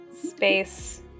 Space